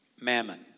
Mammon